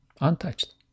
untouched